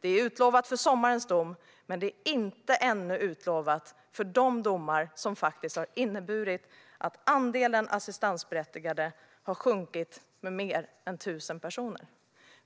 Detta är utlovat när det gäller sommarens dom, men det är ännu inte utlovat för de domar som har inneburit att andelen assistansberättigade har sjunkit med mer än 1 000 personer.